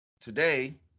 today